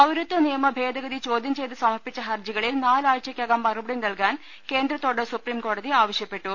പൌരത്വ നിയമ ഭേദഗതി ചോദ്യം ചെയ്ത് സമർപ്പിച്ച ഹർജികളിൽ നാലാഴ്ചക്കകം മറുപടി നൽകാൻ കേന്ദ്രത്തോട് സുപ്രീംകോടതി ആവശ്യപ്പെട്ടു